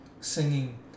singing